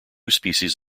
species